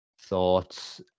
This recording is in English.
thoughts